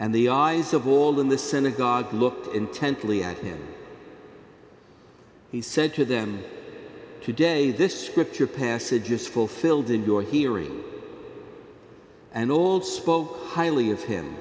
and the eyes of all in the synagogue looked intently at him he said to them today this scripture passages fulfilled in your hearing and all spoke highly of him